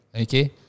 Okay